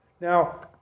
Now